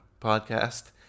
podcast